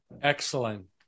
Excellent